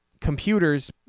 computers